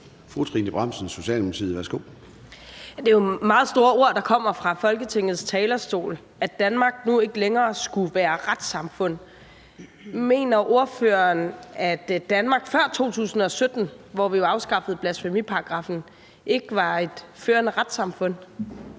Det er jo meget store ord, der kommer fra Folketingets talerstol, altså at Danmark nu ikke længere skulle være et retssamfund. Mener ordføreren, at Danmark før 2017, hvor vi jo afskaffede blasfemiparagraffen, ikke var et førende retssamfund?